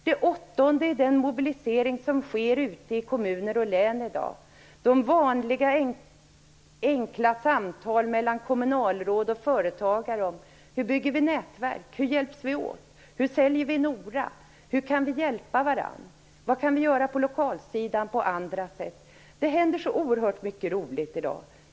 Det åttonde är den mobilisering som sker ute i kommuner och län i dag, de vanliga enkla samtalen mellan kommunalråd och företagare om hur man bygger nätverk, hur man hjälps åt, hur man säljer Nora, hur man kan hjälpa varandra och vad man kan göra på lokalsidan. Det händer så oerhört mycket roligt i dag.